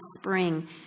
spring